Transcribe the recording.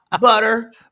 butter